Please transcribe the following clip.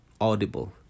audible